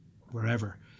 wherever